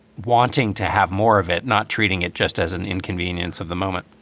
wanting to have more of it, not treating it just as an inconvenience of the moment?